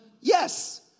Yes